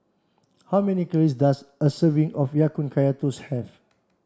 how many calories does a serving of Ya Kun Kaya Toast have